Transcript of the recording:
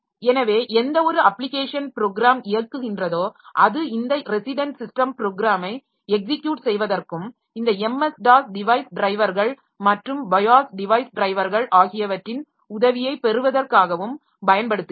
எனவே எந்தவொரு application program இயக்குகின்றதோ அது இந்த ரெசிடெண்ட் ஸிஸ்டம் ப்ரோக்ராமை எக்ஸிக்யுட் செய்வதற்கும் இந்த MS DOS டிவைஸ் டிரைவர்கள் மற்றும் பயாஸ் டிவைஸ் டிரைவர்கள் ஆகியவற்றின் உதவியைப் பெறுவதற்காகவும் பயன்படுத்துகிறது